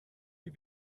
die